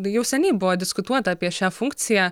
jau seniai buvo diskutuota apie šią funkciją